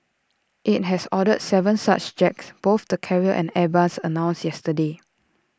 IT has ordered Seven such jets both the carrier and airbus announced yesterday